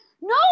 no